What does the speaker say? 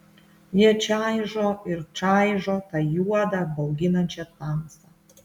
jie čaižo ir čaižo tą juodą bauginančią tamsą